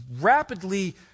rapidly